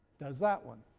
there's that one,